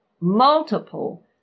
multiple